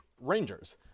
rangers